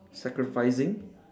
sacrificing